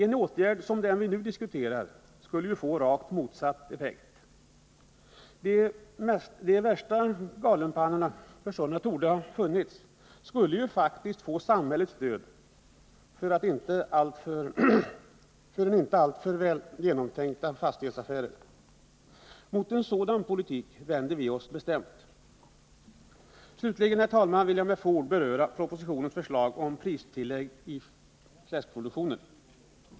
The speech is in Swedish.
En åtgärd som den vi nu diskuterar skulle ju få rakt motsatt effekt. De värsta galenpannorna, för sådana torde finnas, skulle ju faktiskt få samhällets stöd för inte alltför välbetänkta fastighetsaffärer. Mot en sådan politik vänder vi oss bestämt. Slutligen, herr talman, vill jag med få ord beröra propositionens förslag om pristillägg i fläskproduktionen.